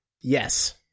Yes